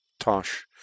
Tosh